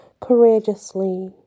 courageously